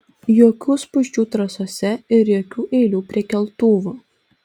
jokių spūsčių trasose ir jokių eilių prie keltuvų